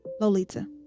lolita